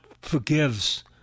forgives